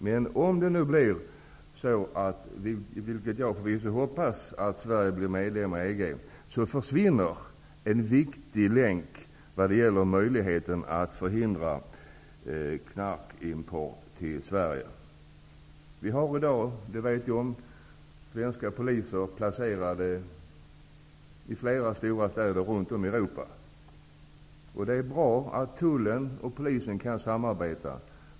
Men om Sverige blir medlem i EG, vilket jag hoppas, försvinner en viktig länk när det gäller möjligheten att förhindra knarkimport till Sverige. Vi har i dag svenska poliser placerade i flera stora städer runt om i Europa. Det är bra att tullen och polisen kan samarbeta.